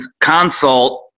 consult